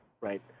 right